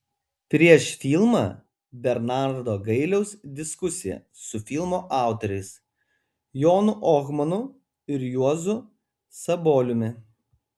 prieš filmą bernardo gailiaus diskusija su filmo autoriais jonu ohmanu ir juozu saboliumi